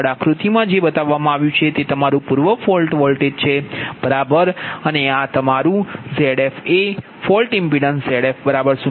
આગળ આકૃતિમા જે બતાવવામાં આવ્યું છે તે તમારું પૂર્વ ફોલ્ટ વોલ્ટેજ છે બરાબર અને આ તમારુંZf એ ફોલ્ટ ઇમ્પિડન્સ Zf0 ની બરાબર છે